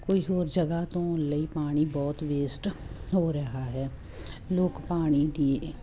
ਕੋਈ ਹੋਰ ਜਗ੍ਹਾ ਧੋਣ ਲਈ ਪਾਣੀ ਬਹੁਤ ਵੇਸਟ ਹੋ ਰਿਹਾ ਹੈ ਲੋਕ ਪਾਣੀ ਦੀ